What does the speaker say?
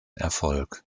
erfolg